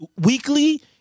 weekly